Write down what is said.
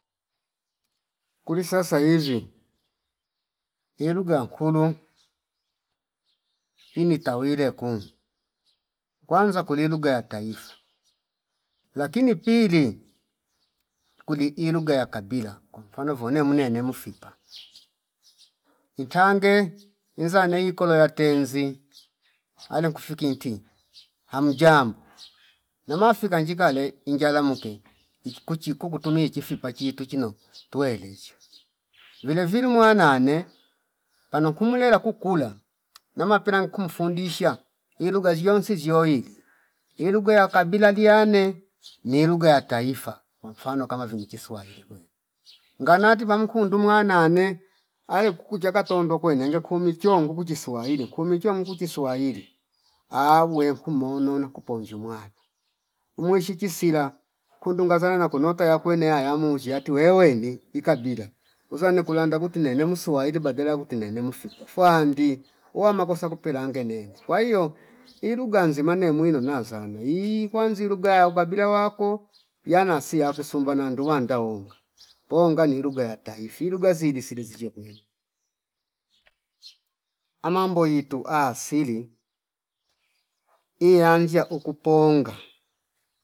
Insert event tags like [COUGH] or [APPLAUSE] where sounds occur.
Kuli sasa [NOISE] hivi ilugha nkulu ini tawire hu kwanza kuli lugha ya taifa [NOISE] lakini pili kuli ilugha ya kabila kwa mfano vone mnene mufipa [NOISE] itange inza nai kola yatenzi ale kufiki nti [NOISE] amjambo namafika njika le injala muke ikukuchiku kutimi chifi pachi tuchino tuwelezshi [NOISE] vile viru mwana ne pano kumlela kukula nama pela nku mfundisha ilugha ziyonsi ziyoili ilugha ya kabila ndiyane [NOISE] ni lugha ya taifa kwamfano kama vini kiswahili kwene ngatani pamkundu mwana ne aye kukucha katondo kwenenge kumi chiongo kuchi swahili kumichuwa mkuchi swahili awe khumonona kuponzyu mwana umwe sichisila kundu ngazana nakunota yakwene yaya muzshi yati wewe ni ikabila uza nikulanda kuti nene muswahili badala ya kuti nene mufipa fwandi uwama kosa kupelange nene kwa hio ilughanzi mane mwino nazana hii kwanzi lugha ya ubabila wako yanasi yakusumba nandu wanda wonga ponga ni lugha ya taifa ili lugha ziri siri zilyo kweipa, amambo itu asili iyanzishia ukuponga